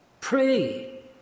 pray